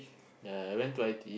ya I went to I_T_E